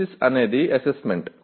basis అనేది assessment